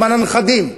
למען הנכדים,